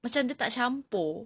macam dia tak campur